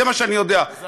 זה מה שאני יודע.